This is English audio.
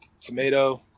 Tomato